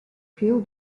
few